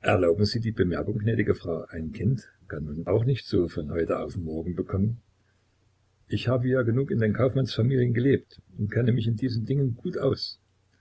erlauben sie die bemerkung gnädige frau ein kind kann man auch nicht so von heute auf morgen bekommen ich habe ja genug in den kaufmannsfamilien gelebt und kenne mich in diesen dingen gut aus